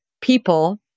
people